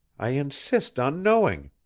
i insist on knowing.